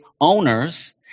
owners